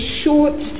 short